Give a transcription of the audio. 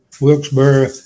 Wilkesboro